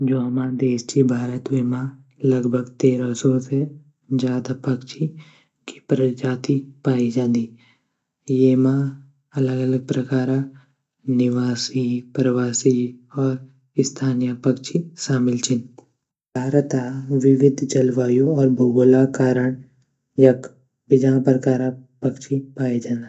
जू हमा देश ची भारत वेमा लगभग तेरा सौ से ज़्यादा पक्षी की प्रजाति पाये ज़ान्दी येमा अलग अलग प्रकारा निवासी प्रवासी और स्थानीय पक्षी शामिल छीन भारत आ विविद जलवायु और भूगोला करण यख बीजां प्रकारा पक्षी पाये जांदा।